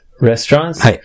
restaurants